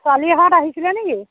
ছোৱালীহঁত আহিছিলে নেকি